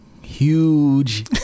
huge